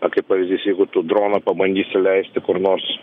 na kaip pavyzdys jeigu tu droną pabandysi leisti kur nors